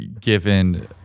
given